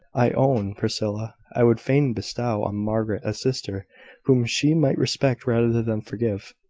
i own, priscilla, i would fain bestow on margaret a sister whom she might respect rather than forgive.